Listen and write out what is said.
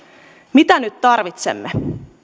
mitä nyt tarvitsemme